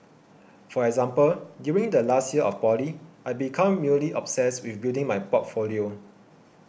for example during the last year of poly I became mildly obsessed with building my portfolio